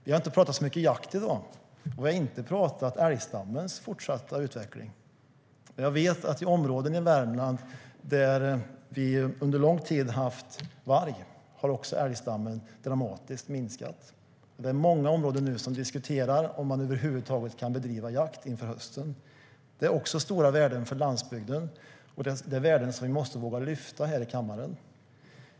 Vi har inte talat så mycket om jakt i dag, och vi har inte talat om älgstammens fortsatta utveckling. Men jag vet att älgstammen har minskat dramatiskt i områden i Värmland där vi haft varg under lång tid. Man diskuterar nu i många områden om man över huvud taget kan bedriva jakt i höst. Detta är stora värden för landsbygden, och det är värden som vi måste våga lyfta fram här i kammaren.